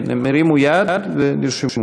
הם הרימו יד ונרשמו.